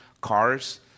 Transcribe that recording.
cars